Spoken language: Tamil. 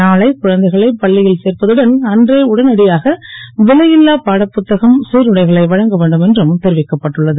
நாளை குழந்தைகளை பள்ளி ல் சேர்ப்பதுடன் அன்றே உடனடியாக விலை ல்லா பாடப்புத்தகம் சிருடைகளை வழங்க வேண்டும் என்றும் தெரிவிக்கப்பட்டுள்ளது